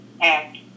act